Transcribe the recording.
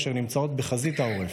אשר נמצאות בחזית העורף,